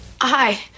Hi